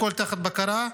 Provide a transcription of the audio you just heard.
הכול תחת בקרה,